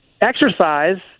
Exercise